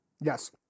Yes